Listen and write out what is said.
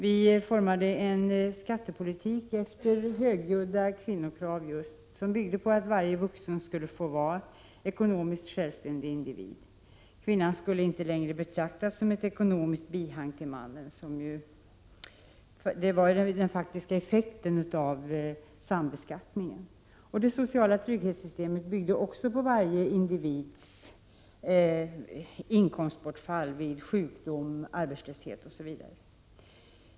Vi formade en skattepolitik efter högljudda kvinnokrav som byggde på att varje vuxen skulle få vara en ekonomiskt självständig individ. Kvinnan skulle inte längre betraktas som ett ekonomiskt bihang till mannen, vilket var den faktiska effekten av sambeskattningen. Det sociala trygghetssystemet bygg de också på varje individs inkomstbortfall vid sjukdom, arbetslöshet osv.